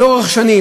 לאורך שנים,